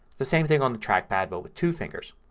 the same thing on the trackpad but with two fingers.